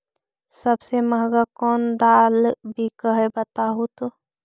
सबसे महंगा कोन दाल बिक है बताहु तो?